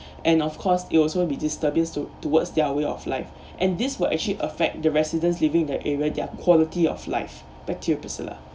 and of course it'll also be disturbance to~ towards their way of life and this will actually affect the residents living the area their quality of life back to you priscilla